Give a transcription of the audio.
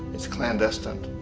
it's clandestine.